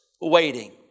waiting